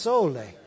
Sole